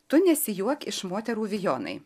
tu nesijuok iš moterų vijonai